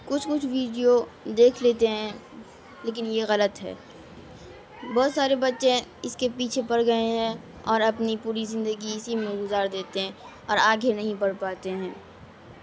کچھ کچھ ویڈیو دیکھ لیتے ہیں لیکن یہ غلط ہے بہت سارے بچے اس کے پیچھے پڑھ گئے ہیں اور اپنی پوری زندگی اسی میں گزار دیتے ہیں اور آگے نہیں پڑھ پاتے ہیں